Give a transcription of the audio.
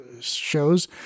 shows